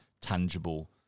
tangible